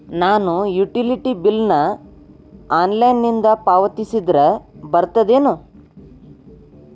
ನಾನು utility bill ನ ಆನ್ಲೈನಿಂದ ಪಾವತಿಸಿದ್ರ ಬರ್ತದೇನು?